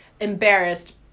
embarrassed